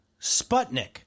Sputnik